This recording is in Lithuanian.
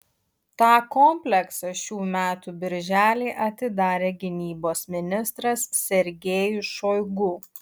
tą kompleksą šių metų birželį atidarė gynybos ministras sergejus šoigu